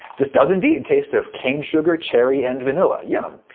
this does indeed and taste of cane sugar, cherry and vanilla. yum.